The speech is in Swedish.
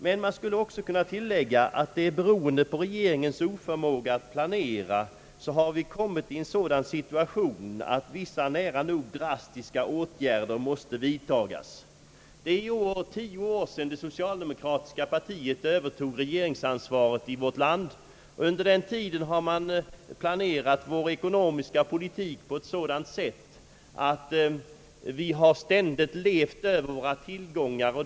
Men man skulle kunna tillägga att genom regeringens oförmåga att planera har vi kommit i en sådan situation att vissa nära nog drastiska åtgärder måste vidtas. Det är i år tio år sedan det socialdemokratiska partiet övertog regeringsansvaret i vårt land, och under den tiden har man planerat vår ekonomiska politik på ett sådant sätt att vi ständigt har levat över våra tillgångar.